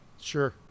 Sure